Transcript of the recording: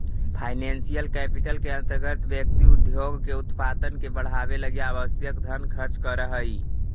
financial capital के अंतर्गत व्यक्ति उद्योग के उत्पादन के बढ़ावे लगी आवश्यक धन खर्च करऽ हई